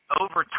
over